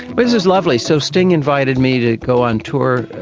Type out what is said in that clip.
but is is lovely. so sting invited me to go on tour,